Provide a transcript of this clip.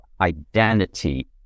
identity